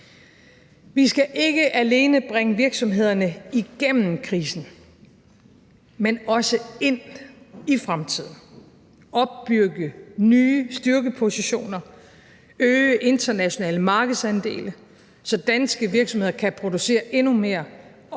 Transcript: Vi skal ikke alene bringe virksomhederne igennem krisen, men også ind i fremtiden, opbygge nye styrkepositioner og øge internationale markedsandele, så danske virksomheder kan producere endnu mere og